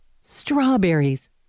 Strawberries